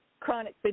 chronic